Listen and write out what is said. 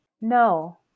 No